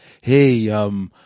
Hey